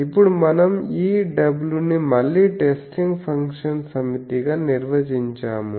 ఇప్పుడు మనం ఈ w ని మళ్ళీ టెస్టింగ్ ఫంక్షన్ సమితి గా నిర్వచించాము